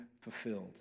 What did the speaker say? fulfilled